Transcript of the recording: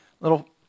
little